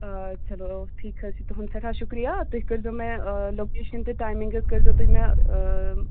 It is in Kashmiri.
آ چلو ٹھیٖک حظ چھُ تُہُنٛد سٮ۪ٹھاہ شُکرِیہ تُہۍ کٔرۍزیو مےٚ لوکیشَن تہٕ ٹایمِنٛگ حظ کٔرۍزیو تُہۍ مےٚ